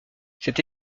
cette